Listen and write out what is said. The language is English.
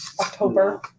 october